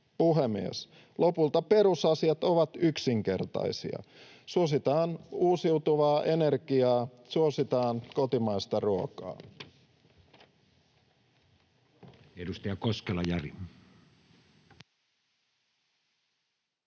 Puhemies! Lopulta perusasiat ovat yksinkertaisia: suositaan uusiutuvaa energiaa, suositaan kotimaista ruokaa.